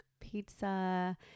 pizza